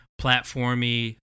platformy